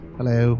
Hello